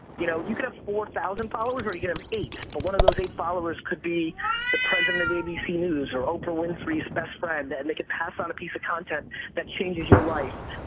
you know, you could have four thousand followers or you could have eight, but one of those eight followers could be the president of abc news, or oprah winfrey's best friend. and they could pass on a piece of content that changes your life.